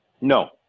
No